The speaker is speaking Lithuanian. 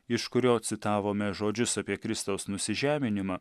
iš kurio citavome žodžius apie kristaus nusižeminimą